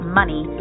money